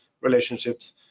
relationships